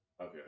okay